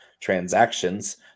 transactions